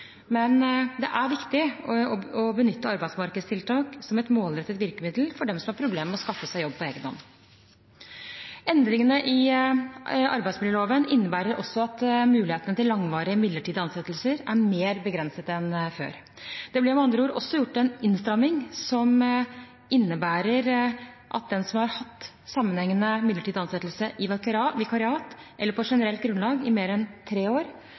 Men det er viktig å benytte arbeidsmarkedstiltak som et målrettet virkemiddel for dem som har problemer med å skaffe seg jobb på egen hånd. Endringene i arbeidsmiljøloven innebærer også at mulighetene til langvarige midlertidige ansettelser er mer begrenset enn før. Det ble med andre ord også gjort en innstramming som innebærer at den som har hatt en sammenhengende midlertidig ansettelse i vikariat eller på generelt grunnlag i mer enn tre år,